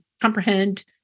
comprehend